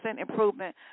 improvement